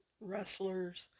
wrestlers